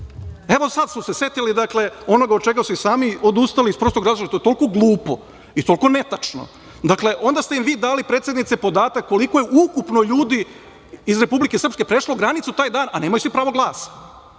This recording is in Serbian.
Evo, sada su se setili onoga od čega su i sami odustali iz prostog razloga što je toliko glupo i toliko netačno. Dakle, onda ste im i vi dali, predsednice, podatak koliko je ukupno ljudi iz Republike Srpske prešlo granicu taj dan, a nemaju svi pravo glasa,